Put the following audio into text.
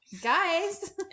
Guys